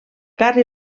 carn